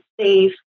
safe